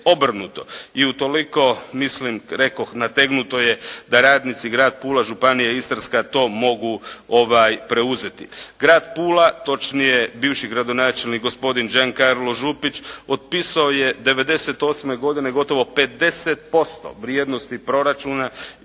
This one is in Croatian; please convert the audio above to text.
I utoliko, mislim rekoh nategnuto je, da radnici, Grad Pula, Županija Istarska to mogu preuzeti. Grad Pula točnije bivši gradonačelnik gospodin Đankarlo Župić otpisao je 1998. godine gotovo 50% vrijednosti proračuna